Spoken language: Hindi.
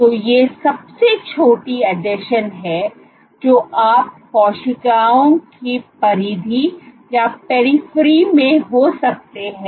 तो ये सबसे छोटी आसंजन हैं जो आप कोशिकाओं की परिधि में हो सकते हैं